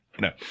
No